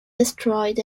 destroyed